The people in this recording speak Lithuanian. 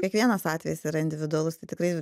kiekvienas atvejis yra individualus tai tikrai